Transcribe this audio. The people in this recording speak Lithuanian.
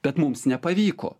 bet mums nepavyko